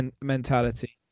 mentality